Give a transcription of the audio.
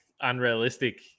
unrealistic